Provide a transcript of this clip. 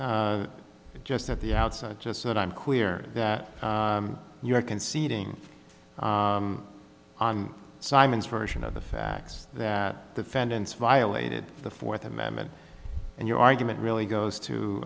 just at the outside just so that i'm clear that you are conceding on simon's version of the facts that defendants violated the fourth amendment and your argument really goes to